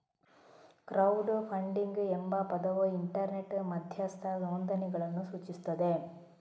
crowd funding ಎಂಬ ಪದವು internet ಮಧ್ಯಸ್ಥ ನೋಂದಣಿಗಳನ್ನು ಸೂಚಿಸುತ್ತದೆ